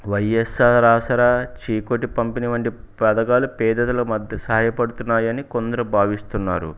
వైఎస్ఆర్ ఆసరా చికూటీ పంపిణి వంటి పథకాలు పేదల మధ్య సహాయ పడుతున్నాయని కొందరు భావిస్తున్నారు